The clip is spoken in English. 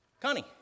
Connie